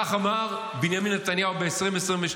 כך אמר בנימין נתניהו ב-2022,